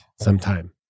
sometime